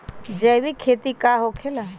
जैविक खेती का होखे ला?